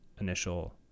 initial